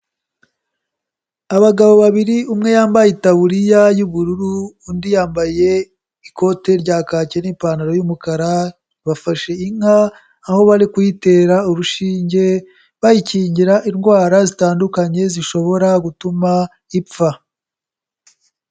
Abagabo babiri umwe yambaye itaburiya y'ubururu, undi yambaye ikote rya kake n'ipantaro y'umukara, bafashe inka aho bari kuyitera urushinge bayikingira indwara zitandukanye zishobora gutuma ipfa.